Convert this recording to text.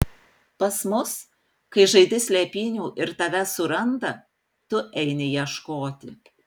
pas mus kai žaidi slėpynių ir tave suranda tu eini ieškoti